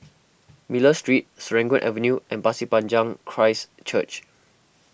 Miller Street Serangoon Avenue and Pasir Panjang Christ Church